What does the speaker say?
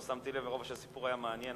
לא שמתי לב כי הסיפור היה מעניין,